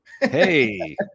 hey